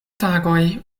tagoj